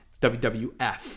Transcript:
WWF